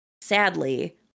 sadly